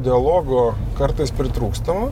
dialogo kartais pritrūksta